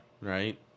Right